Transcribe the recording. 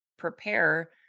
prepare